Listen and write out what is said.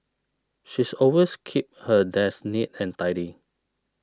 she's always keeps her desk neat and tidy